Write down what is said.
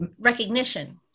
recognition